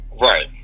Right